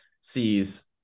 sees